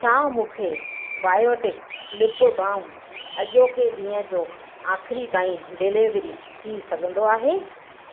छा मूंखे biotic lip balm अॼोके ॾींहुं जे आखिर ताईं डिलीवर थी सघंदो आहे